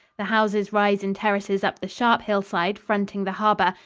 the houses rise in terraces up the sharp hillside fronting the harbor,